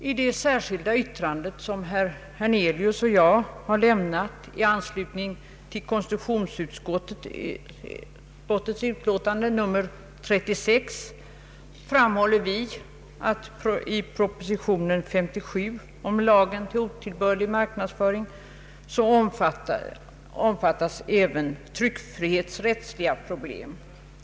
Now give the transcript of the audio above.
I det särskilda yttrande som herr Hernelius och jag har lämnat i anslutning till konstitutionsutskottets utlåtande nr 36 framhåller vi att propositionen 57 rörande lagen om otillbörlig marknadsföring även omfattar tryckfrihetsrättsliga problem.